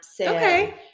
Okay